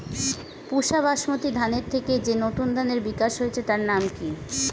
পুসা বাসমতি ধানের থেকে যে নতুন ধানের বিকাশ হয়েছে তার নাম কি?